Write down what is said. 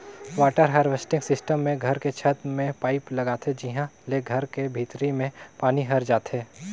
water harvesting system मे घर के छत में पाईप लगाथे जिंहा ले घर के भीतरी में पानी हर जाथे